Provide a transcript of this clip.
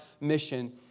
mission